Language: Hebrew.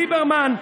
ליברמן,